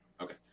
Okay